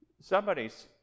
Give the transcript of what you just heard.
Somebody's